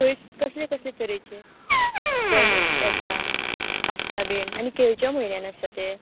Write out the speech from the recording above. थंय कसलें कसलें तरेचे बर्डस येता आसता बीन आनी खंयच्यो म्हयन्यान आसता तें